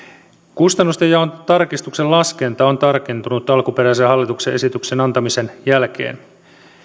kustannustenjaon tarkistuksen laskenta on tarkentunut alkuperäisen hallituksen esityksen antamisen jälkeen